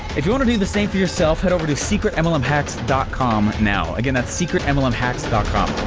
if you want to do the same for yourself head over to secretmlmhacks dot com now, again that's secretmlmhacks dot com